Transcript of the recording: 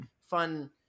fun